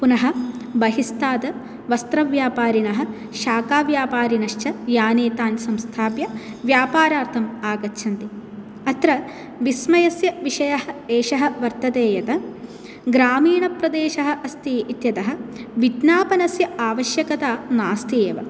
पुनः बहिस्तात् वस्त्रव्यापारिणः शाकाव्यापारिणश्च याने तान् संस्थाप्य व्यापारार्थम् आगच्छन्ति अत्र विस्मयस्य विषयः एषः वर्तते यत ग्रामीणप्रदेशः अस्ति इत्यतः विज्ञापनस्य आवश्यक्ता नास्ति एव